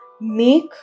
make